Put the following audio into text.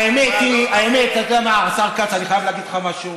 האמת, השר כץ, אני חייב להגיד לך משהו.